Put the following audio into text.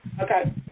Okay